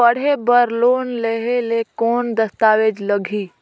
पढ़े बर लोन लहे ले कौन दस्तावेज लगही?